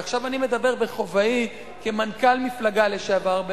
עכשיו אני מדבר בכובעי כמנכ"ל מפלגה לשעבר,